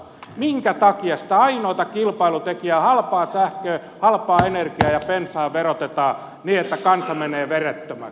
minkä takia sitä ainoata kilpailutekijää halpaa sähköä halpaa energiaa ja bensaa verotetaan niin että kansa menee verettömäksi